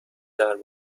درد